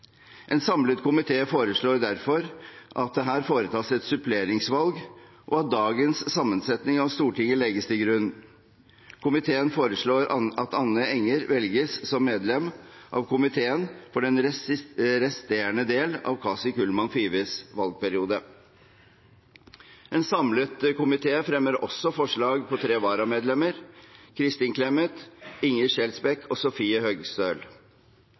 En samlet komité foreslår derfor at det her foretas et suppleringsvalg, og at dagens sammensetning av Stortinget legges til grunn. Komiteen foreslår at Anne Enger velges som medlem av komiteen for den resterende del av Kaci Kullmann Fives valgperiode. En samlet komité fremmer også forslag på tre varamedlemmer: Kristin Clemet, Inger Skjelsbæk og Sofie Høgestøl.